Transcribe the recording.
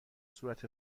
صورت